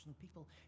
people